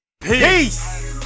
Peace